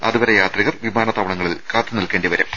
അതുവരെ യാത്രികർ വിമാനത്താവളങ്ങളിൽ കാത്തു നിൽക്കേണ്ടി വരും